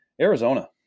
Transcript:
Arizona